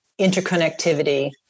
interconnectivity